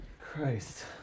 Christ